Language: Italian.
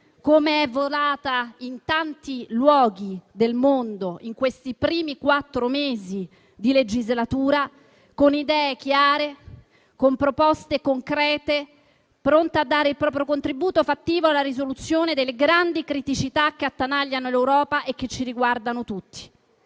come è volata in tanti luoghi del mondo, in questi primi quattro mesi di legislatura, con idee chiare, con proposte concrete, pronta a dare il proprio contributo fattivo alla risoluzione delle grandi criticità che attanagliano l'Europa e che ci riguardano tutti.